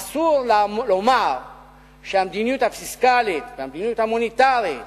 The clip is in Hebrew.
אסור לומר שהמדיניות הפיסקלית והמדיניות המוניטרית